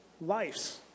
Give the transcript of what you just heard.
lives